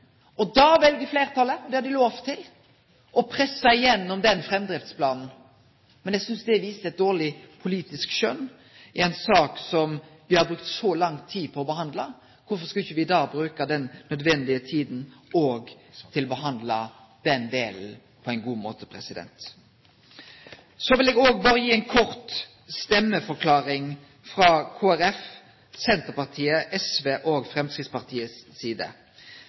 det. Da valde fleirtalet – og det har dei lov til – å presse gjennom den framdriftsplanen. Men eg synest det viser eit dårleg politisk skjønn i ei sak som me har brukt så lang tid på å behandle. Kvifor skulle me ikkje bruke den nødvendige tida til å behandle den delen på ein god måte? Så vil eg berre gi ei kort stemmeforklaring frå Kristeleg Folkeparti, Senterpartiet, SV og Framstegspartiet si side.